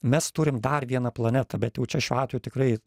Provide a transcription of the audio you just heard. mes turim dar vieną planetą bet jau čia šiuo atveju tikrai